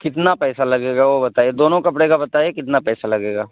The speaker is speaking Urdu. کتنا پیسہ لگے گا وہ بتائیے دونوں کپڑے کا بتائیے کتنا پیسہ لگے گا